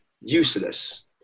useless